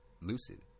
lucid